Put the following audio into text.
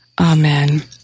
Amen